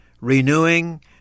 renewing